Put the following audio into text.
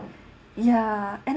ya and